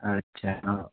અચ્છા